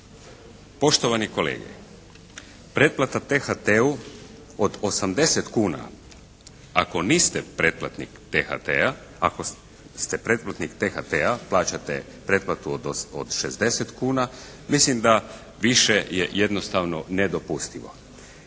Poštovani kolege pretplata THT-u od 80 kuna, ako niste pretplatnik THT-a, ako ste pretplatnik THT-a plaćate pretplatu od 60 kuna. Mislim da više je jednostavno nedopustivo.